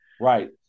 right